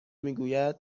میگوید